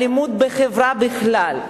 אלימות בחברה בכלל?